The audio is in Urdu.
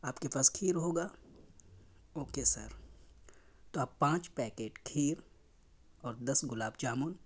آپ کے پاس کھیر ہوگا اوکے سر تو آپ پانچ پیکٹ کھیر اور دس گلاب جامن